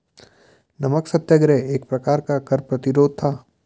नमक सत्याग्रह एक प्रकार का कर प्रतिरोध था